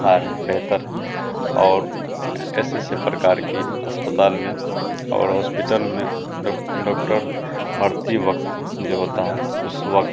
अच्छा बेहतर और ऐसे ऐसे प्रकार की अस्पताल में और होस्पिटल में डोक डॉक्टर भर्ती वक़्त जो होता है उस वक़्त